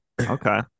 Okay